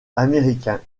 américains